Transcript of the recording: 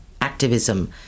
activism